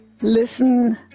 Listen